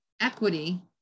equity